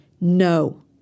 No